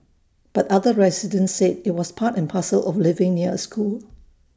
but other residents said IT was part and parcel of living near A school